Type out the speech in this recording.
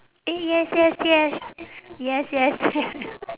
eh yes yes yes yes yes